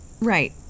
Right